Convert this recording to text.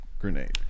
Grenade